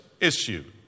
issue